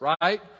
right